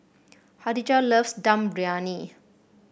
Kadijah loves Dum Briyani